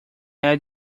add